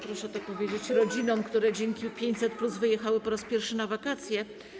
Proszę to powiedzieć rodzinom, które dzięki 500+ wyjechały po raz pierwszy na wakacje.